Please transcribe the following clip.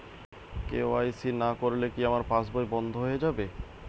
KYC না করলে কি আমার পাশ বই বন্ধ হয়ে যাবে?